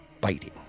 biting